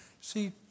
See